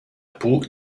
peau